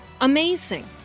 Amazing